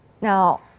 now